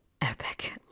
Epic